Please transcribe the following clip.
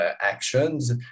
actions